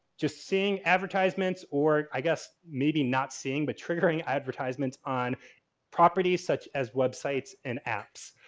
just seeing advertisements, or i guess maybe not seeing but triggering advertisements on properties such as websites and apps.